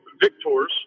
victors